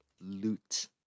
loot